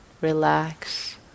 Relax